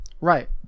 Right